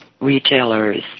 retailers